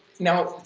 now,